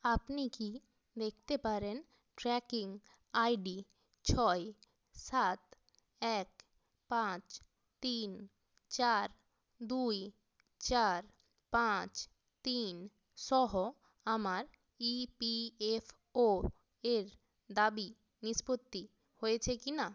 আপনি কি দেখতে পারেন ট্র্যাকিং আই ডি ছয় সাত এক পাঁচ তিন চার দুই চার পাঁচ তিন সহ আমার ই পি এফ ও এর দাবি নিষ্পত্তি হয়েছে কিনা